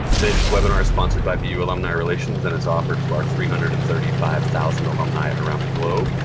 today's webinar is sponsored by bu alumni relations, and it's offered to our three hundred and thirty five thousand alumni around the globe.